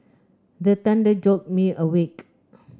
the thunder jolt me awake